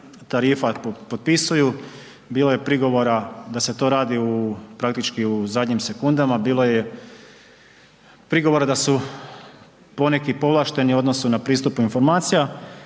tarifa potpisuju. Bilo je prigovora da se to radi praktički u zadnjim sekundama, bilo je prigoda da su poneki povlašteni u odnosu na pristup informacija.